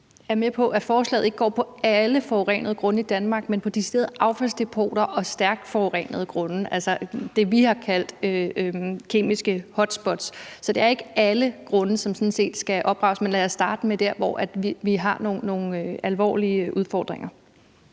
er med på, at forslaget ikke går på alle forurenede grunde i Danmark, men på deciderede affaldsdepoter og stærkt forurenede grunde, altså det, vi har kaldt kemiske hotspots. Så det er sådan set ikke alle grunde, som skal oprenses, men lad os starte med der, hvor vi har nogle alvorlige udfordringer.